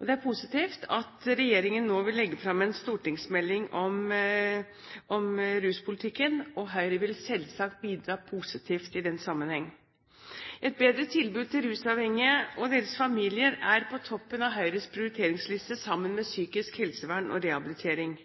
Det er positivt at regjeringen nå vil legge fram en stortingsmelding om ruspolitikken, og Høyre vil selvsagt bidra positivt i den sammenheng. Et bedre tilbud til rusavhengige og deres familier er på toppen av Høyres prioriteringsliste sammen med psykisk helsevern og rehabilitering.